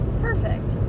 perfect